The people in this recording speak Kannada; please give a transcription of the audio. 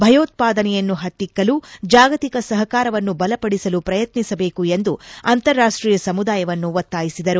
ಭಯೋತ್ವಾದನೆಯನ್ನು ಪತ್ತಿಕ್ಕಲು ಜಾಗತಿಕ ಸಹಕಾರವನ್ನು ಬಲಪಡಿಸಲು ಪ್ರಯತ್ನಿಸಬೇಕು ಎಂದು ಅಂತಾರಾಷ್ಷೀಯ ಸಮುದಾಯವನ್ನು ಒತ್ತಾಯಿಸಿದರು